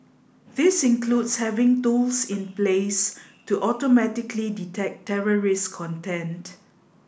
this includes having tools in place to automatically detect terrorist content